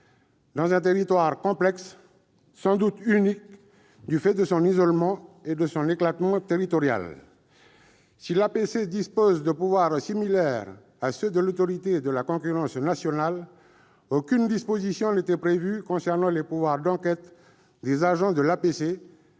dans un territoire complexe, sans doute unique, du fait de son isolement et de son éclatement territorial. Si l'APC dispose de pouvoirs similaires à ceux de l'Autorité de la concurrence nationale, aucune disposition n'était prévue concernant les pouvoirs d'enquête de ses agents ou les